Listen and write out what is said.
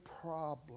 problem